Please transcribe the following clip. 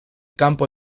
campo